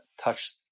touch